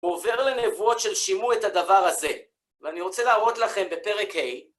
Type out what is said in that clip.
עובר לשבואות של שימעו את הדבר הזה, ואני רוצה להראות לכם בפרק ה'